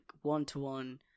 one-to-one